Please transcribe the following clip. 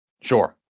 Sure